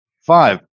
Five